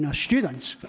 and students.